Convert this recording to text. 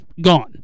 Gone